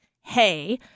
hey